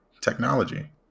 technology